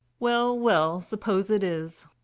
well well, suppose it is.